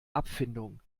abfindung